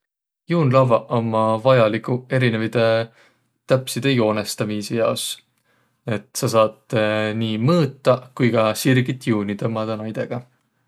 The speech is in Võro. Juunlavvaq ummaq vajaliguq erinevide täpside joonõstamiisi jaos. Et saq saat nii mõõtaq ku ka sirgit juuni tõmmadaq näidega.